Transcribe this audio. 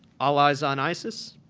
all eyes on isis.